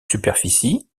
superficie